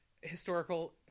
historical